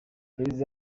perezida